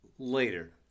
Later